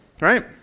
right